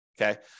okay